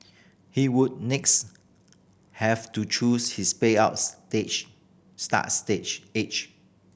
he would next have to choose his payout stage start stage age